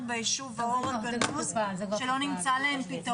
ביישוב האור הגנוז שלא נמצא להן פתרון,